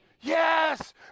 Yes